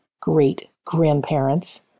great-grandparents